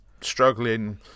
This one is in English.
struggling